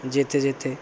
যেতে যেতে